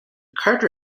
carter